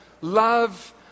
Love